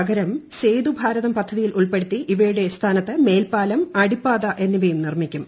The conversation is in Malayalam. പകരം സേതുഭാരതം പദ്ധതിയിൽ ഉൾപ്പെടുത്തി് ഇവയുടെ സ്ഥാനത്ത് മേൽപ്പാലം അടിപ്പാത എന്നിവ് നിർമ്മിക്കും